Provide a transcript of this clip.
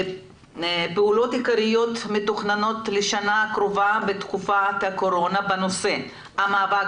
פעולות עיקריות מתוכננות לשנה הקרובה בתקופת הקורונה בנושא המאבק